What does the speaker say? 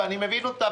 ואני מבין אותה,